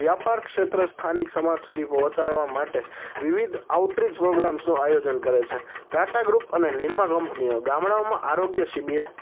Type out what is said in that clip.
વ્યાપાર ક્ષેત્ર સ્થાનિક સમાજ સુધી પોંહચાડવા માટે વિવિધ આઉટરીચ પ્રોગ્રામ્સનું આયોજન કરે છે ટાટા ગ્રૂપ અને નિરમા કંપનીઓ ગામડાઓમાં આરોગ્ય શિબિર